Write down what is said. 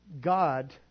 God